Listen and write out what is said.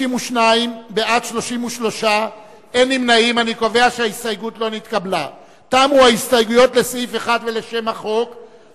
1. ההסתייגות של חברי הכנסת רחל